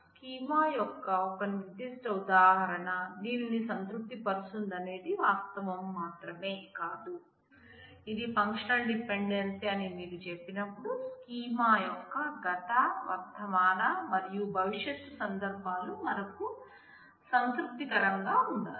schema యొక్క ఒక నిర్దిష్ట ఉదాహరణ దీనిని సంతృప్తి పరుస్తుందనేది వాస్తవం మాత్రమే కాదు ఇది ఫంక్షనల్ డిపెండెన్సీ అని మీరు చెప్పినప్పుడు స్కీమా యొక్క గత వర్తమాన మరియు భవిష్యత్తు సందర్భాలు మనకు సంతృప్తికరంగా ఉండాలి